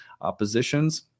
Oppositions